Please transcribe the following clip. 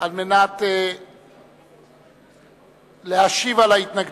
על מנת להשיב על ההתנגדות.